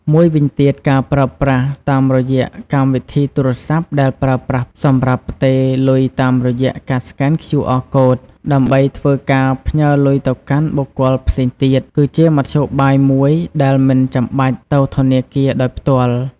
មួយវិញទៀតការប្រើប្រាស់តាមរយៈកម្មវិធីទូរស័ព្ទដែលប្រើប្រាស់សម្រាប់ផ្ទេរលុយតាមរយៈការស្កែន QR code ដើម្បីធ្វើការផ្ញើលុយទៅកាន់បុគ្កលផ្សេងទៀត គឺជាមធ្យោបាយមួយដែលមិនចាំបាច់ទៅធនាគារដោយភ្ទាល់។